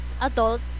adult